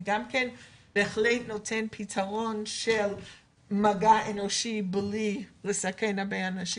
זה בהחלט גם נותן פתרון של מגע אנושי בלי לסכן הרבה אנשים,